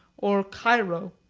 or cairo,